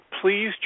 please